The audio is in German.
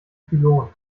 pylonen